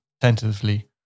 tentatively